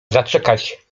zaczekać